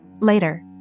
Later